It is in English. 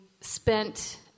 spent